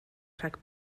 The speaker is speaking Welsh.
rhag